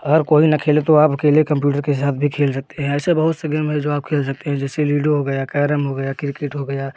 अगर कोई ना खेले तो आप अकेले कंप्यूटर के साथ भी खेल सकते हैं ऐसे बहुत से गेम हैं जो आप खेलते हैं जिसे लूडो हो गया कैरम हो गया क्रिकेट हो गया